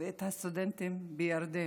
ואת הסטודנטית בירדן,